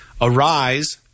Arise